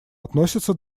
относится